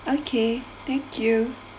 okay thank you